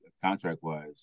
contract-wise